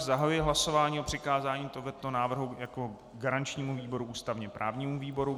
Zahajuji hlasování o přikázání tohoto návrhu jako garančnímu výboru ústavněprávnímu výboru.